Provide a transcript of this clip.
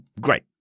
Great